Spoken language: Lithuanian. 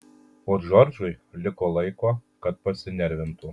o džordžui liko laiko kad pasinervintų